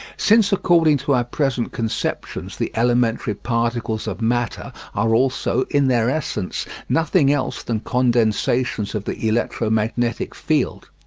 since according to our present conceptions the elementary particles of matter are also, in their essence, nothing else than condensations of the electromagnetic field,